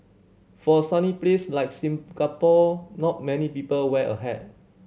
for a sunny place like Singapore not many people wear a hat